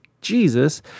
Jesus